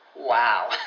Wow